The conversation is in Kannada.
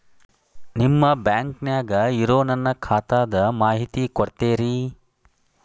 ನಿಮ್ಮ ಬ್ಯಾಂಕನ್ಯಾಗ ಇರೊ ನನ್ನ ಖಾತಾದ ಮಾಹಿತಿ ಕೊಡ್ತೇರಿ?